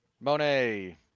Monet